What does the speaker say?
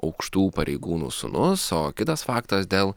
aukštų pareigūnų sūnus o kitas faktas dėl